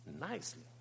nicely